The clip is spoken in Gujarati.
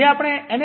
જે આપણે એન